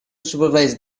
supervise